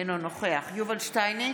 אינו נוכח יובל שטייניץ,